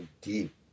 deep